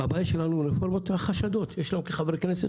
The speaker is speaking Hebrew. אך מטבע הדברים רפורמה מעוררת חשדות בקרבנו כחברי כנסת.